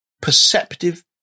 perceptive